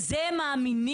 בזה הם מאמינים,